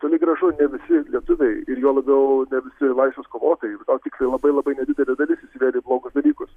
toli gražu ne visi lietuviai ir juo labiau ne visi laisvės kovotojai o tiksliai labai labai nedidelė dalis įsivėlė į blogus dalykus